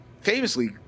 famously